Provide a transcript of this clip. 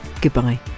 goodbye